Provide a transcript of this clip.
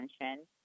attention